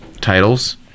titles